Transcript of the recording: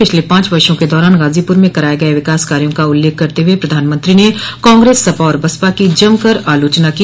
पिछले पांच वर्षो के दौरान गाजीपूर में कराये गये विकास कार्यो का उल्लेख करते हुए प्रधानमंत्री ने कांग्रेस सपा और बसपा की जम कर आलोचना की